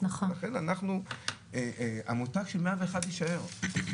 לכן אנחנו המותג של 101 יישאר,